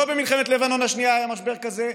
לא במלחמת לבנון השנייה היה משבר כזה,